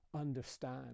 understand